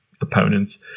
opponents